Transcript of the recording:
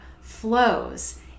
flows